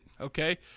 Okay